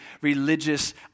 religious